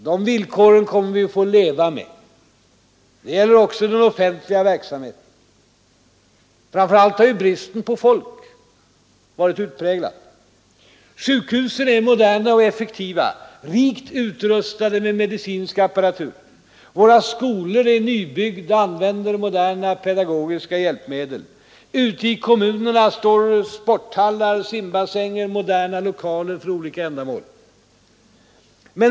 De villkoren kommer vi att få leva under även i framtiden. Det gäller även den offentliga verksamheten. Framför allt har bristen på folk varit utpräglad. Sjukhusen är moderna och effektiva, rikt utrustade med medicinsk apparatur. Våra skolor är nybyggda, använder moderna pedagogiska hjälpmedel. Ute i kommunerna står sporthallar, simbassänger, moderna lokaler för olika ändamål.